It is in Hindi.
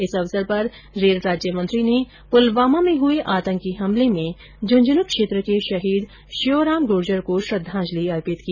इस अवसर पर रेल राज्य मंत्री ने पुलवामा में हुए आंतकी हमले में झूंझनू क्षेत्र के शहीद श्योराम गुर्जर को श्रद्धांजलि अर्पित की